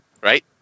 right